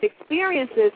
experiences